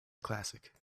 classic